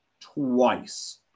Twice